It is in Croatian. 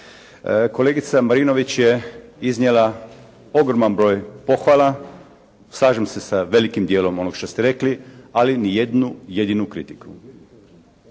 Kolegica Marinović je izrekla ogroman broj pohvala, slažem se sa velikim dijelom onoga što ste rekli, ali niti jednu jedinu kritiku